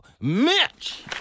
Mitch